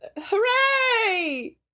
Hooray